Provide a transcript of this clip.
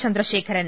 Chandrasekharan